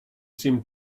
seemed